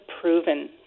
proven